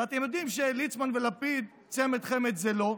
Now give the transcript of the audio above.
ואתם יודעים שליצמן ולפיד, צמד-חמד זה לא,